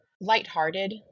lighthearted